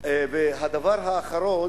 הדבר האחרון